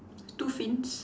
two fins